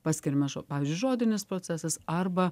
paskiriama pavyzdžiui žodinis procesas arba